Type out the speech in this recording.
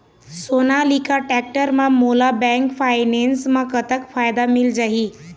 Sonalika tractor म मोला bank finance म कतक फायदा मिल जाही?